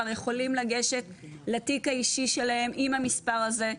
יכולים לגשת לתיק האישי שלהם עם המספר הזה,